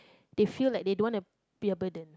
they feel like they don't want to be a burden